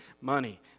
money